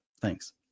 Thanks